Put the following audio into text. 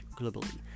globally